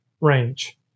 range